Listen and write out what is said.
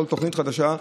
כל תוכנית חדשה,